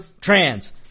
Trans